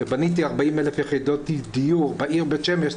בניתי 40 אלף יחידות דיור בעיר בית-שמש,